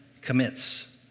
commits